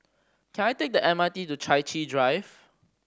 can I take the M R T to Chai Chee Drive